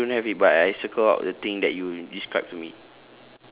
no no no I don't have it but I circle out the thing that you describe to me